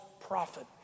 prophet